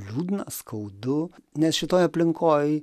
liūdna skaudu nes šitoj aplinkoj